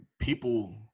people